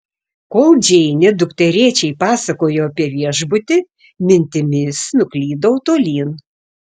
kol džeinė dukterėčiai pasakojo apie viešbutį mintimis nuklydau tolyn